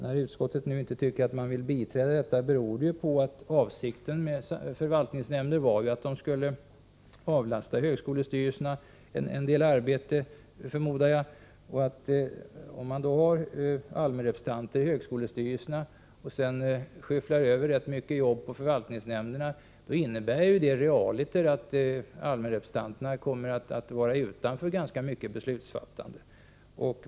Att utskottet inte vill biträda det förslaget beror på att avsikten med förvaltningsnämnder var att de skulle avlasta högskolestyrelserna en del arbete. Om man då har allmänna representanter i högskolestyrelserna och sedan skyfflar över rätt mycket jobb på förvaltningsnämnderna innebär det realiter att de allmänna representanterna kommer att stå utanför ganska mycket av beslutsfattandet.